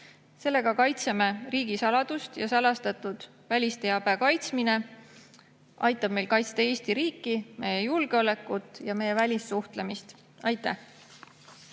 Sellega kaitseme riigisaladust ja salastatud välisteabe kaitsmine aitab meil kaitsta Eesti riiki, meie julgeolekut ja meie välissuhtlemist. Aitäh!